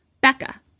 Becca